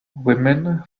women